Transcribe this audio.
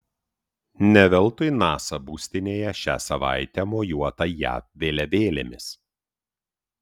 ne veltui nasa būstinėje šią savaitę mojuota jav vėliavėlėmis